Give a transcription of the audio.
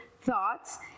thoughts